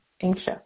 anxious